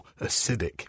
acidic